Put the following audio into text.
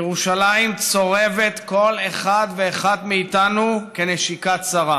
ירושלים צורבת כל אחד ואחד מאיתנו כנשיקת שרף.